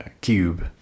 Cube